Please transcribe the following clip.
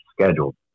scheduled